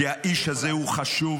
כי האיש הזה הוא חשוב